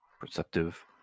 perceptive